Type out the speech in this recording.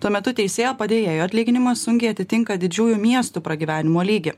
tuo metu teisėjo padėjėjo atlyginimas sunkiai atitinka didžiųjų miestų pragyvenimo lygį